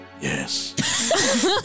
Yes